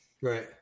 right